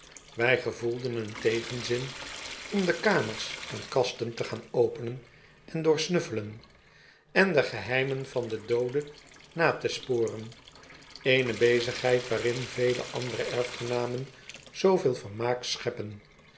wij gevoelden een tegenzin om de kamers en kasten te gaan openen en doorsnuffelen en de geheimen van den doode na te sporen eene bezigheid waarin vele andere erfgenamen zooveel vermaakscheppen